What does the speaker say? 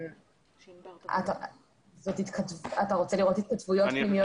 אתה רוצה לראות התכתבויות פנימיות?